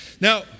Now